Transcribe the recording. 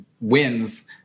wins